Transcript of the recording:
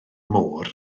môr